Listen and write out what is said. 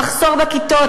המחסור בכיתות,